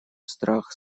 страх